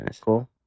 Cool